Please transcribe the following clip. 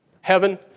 heaven